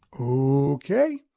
okay